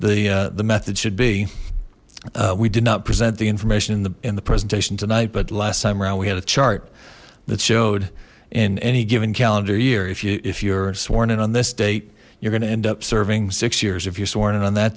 the the method should be we did not present the information in the in the presentation tonight but last time around we had a chart that showed in any given calendar year if you if you're sworn in on this date you're gonna end up serving six years if you're sworn in on that